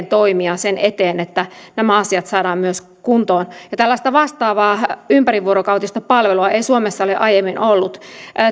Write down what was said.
toimia sen eteen että nämä asiat saadaan myös kuntoon ja tällaista vastaavaa ympärivuorokautista palvelua ei suomessa ole aiemmin ollut